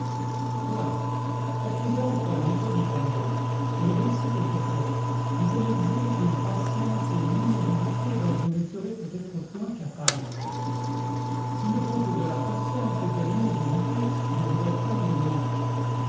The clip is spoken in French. soit optez donc pour la méthode italienne elle réussit quelquefois mais elle exige une pa tience et une immobilité dont vous ne serez peut-être point capable content from google book search generated at s'il ne faut que de la patience et de l'immobilité je vous réponds de moi